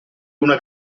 una